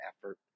effort